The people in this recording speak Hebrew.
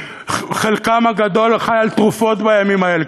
שחלקם הגדול חיים על תרופות בימים האלה,